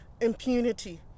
impunity